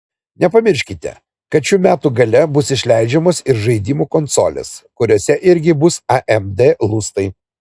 nepamirškite kad šių metų gale bus išleidžiamos ir žaidimų konsolės kuriose irgi bus amd lustai